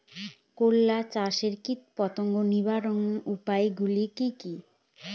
করলা চাষে কীটপতঙ্গ নিবারণের উপায়গুলি কি কী?